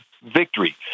victory